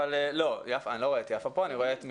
אני לא רואה את יפה פה, אני רואה את מיכל.